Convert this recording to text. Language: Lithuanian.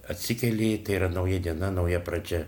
atsikeli tai yra nauja diena nauja pradžia